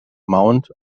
mount